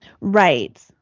Right